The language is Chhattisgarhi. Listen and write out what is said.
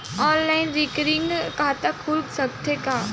ऑनलाइन रिकरिंग खाता खुल सकथे का?